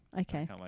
Okay